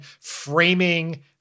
framing